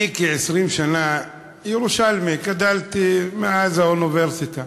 אני כ-20 שנה ירושלמי, גדלתי, מאז האוניברסיטה,